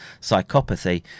psychopathy